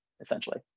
essentially